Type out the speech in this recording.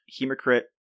Hemocrit